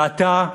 ועתה,